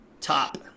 top